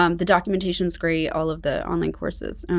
um the documentation is great, all of the online courses.